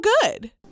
good